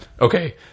Okay